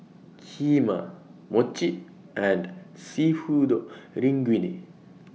Kheema Mochi and Seafood Linguine